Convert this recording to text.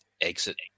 exit